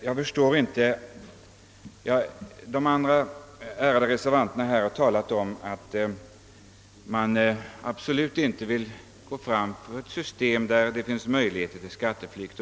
Herr talman! De andra ärade reservanterna har här talat om att man absolut inte vill förorda ett system som ger möjligheter till skatteflykt.